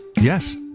Yes